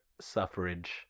suffrage